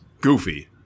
goofy